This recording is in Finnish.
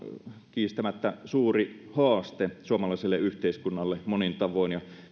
kiistämättä suuri haaste suomalaiselle yhteiskunnalle monin tavoin ja